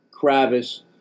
Kravis